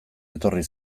etorri